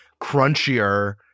crunchier